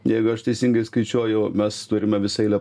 jeigu aš teisingai skaičiuoju mes turime visą eilę